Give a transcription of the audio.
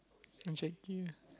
Jackie ah